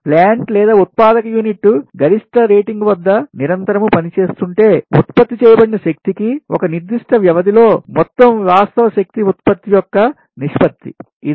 plant లేదా ఉత్పాదక unit గరిష్ట రేటింగ్ వద్ద నిరంతరం పనిచేస్తుంటే ఉత్పత్తి చేయబడిన శక్తికి ఒక నిర్దిష్ట వ్యవధి లో మొత్తం వాస్తవ శక్తి ఉత్పత్తి యొక్క నిష్పత్తి ఇది